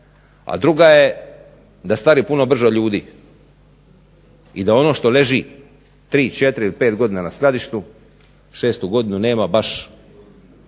a druga je da stari puno brže od ljudi i da ono što leži 3, 4 ili 5 godina na skladištu 6 godinu nema baš